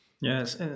Yes